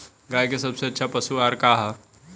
गाय के सबसे अच्छा पशु आहार का ह?